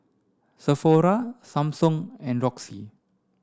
Sephora Samsung and Roxy